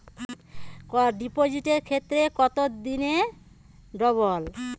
ডিপোজিটের ক্ষেত্রে কত দিনে ডবল?